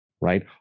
Right